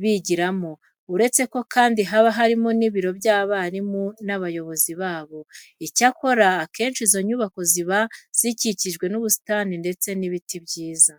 bigiramo, uretse ko kandi haba harimo n'ibiro by'abarimu n'abayobozi babo. Icyakora akenshi izo nyubako ziba zikikijwe n'ubusitani ndetse n'ibiti byiza.